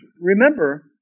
remember